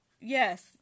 Yes